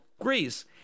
Greece